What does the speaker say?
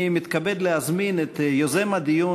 אני מתכבד להזמין את יוזם הדיון,